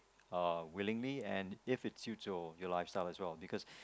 willing and if it's suits your your life style as well because